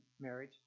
marriage